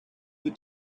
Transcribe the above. the